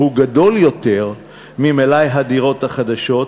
שהוא גדול ממלאי הדירות החדשות,